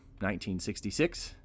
1966